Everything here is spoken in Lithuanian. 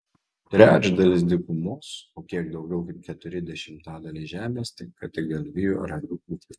trečdalis dykumos o kiek daugiau kaip keturi dešimtadaliai žemės tinka tik galvijų ar avių ūkiui